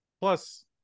Plus